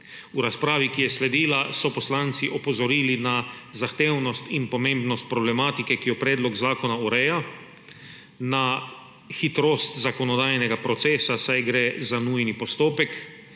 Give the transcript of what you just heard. V razpravi, ki je sledila, so poslanci opozorili na zahtevnost in pomembnost problematike, ki jo predlog zakona ureja, na hitrost zakonodajnega procesa, saj gre za nujni postopek,